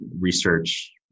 research